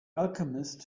alchemist